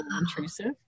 intrusive